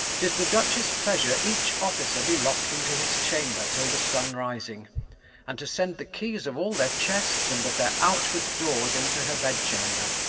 tis the duchess pleasure each officer be lock'd into his chamber till the sun-rising and to send the keys of all their chests and of their outward doors into her bed-chamber.